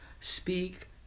Speak